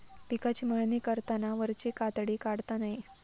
पिकाची मळणी करताना वरची कातडी काढता नये